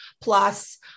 plus